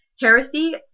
heresy